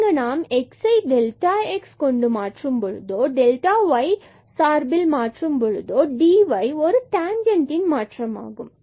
இங்கு நாம் x x என்று மாற்றும் பொழுதோ அல்லது yமாற்றும் பொழுது சார்பில் dy இது ஒரு டேன்ஜன்ட் மாற்றமாகும்